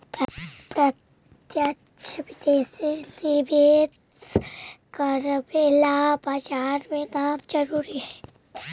प्रत्यक्ष विदेशी निवेश करवे ला बाजार में नाम जरूरी है